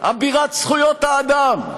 אבירת זכויות האדם,